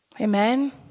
Amen